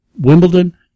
Wimbledon